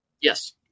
Yes